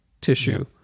tissue